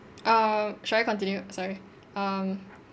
err should I continue sorry um